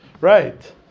right